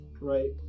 right